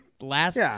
Last